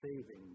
saving